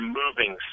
moving